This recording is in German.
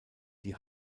die